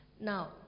now